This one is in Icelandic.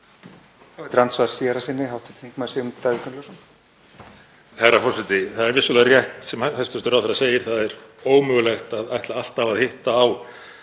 Það er vissulega rétt, sem hæstv. ráðherra segir, það er ómögulegt að ætla alltaf að hitta á